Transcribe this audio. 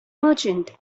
merchant